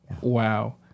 wow